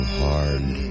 hard